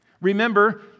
Remember